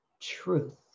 Truth